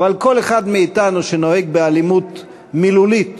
אבל כל אחד מאתנו שנוהג באלימות מילולית